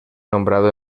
nombrado